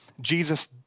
Jesus